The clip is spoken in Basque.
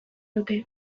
dute